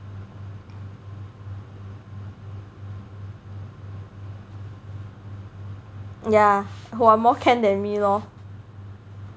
ya who are more can than me lor